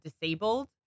disabled